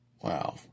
wow